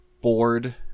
bored